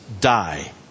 die